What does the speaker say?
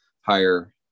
higher